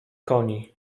koni